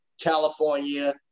California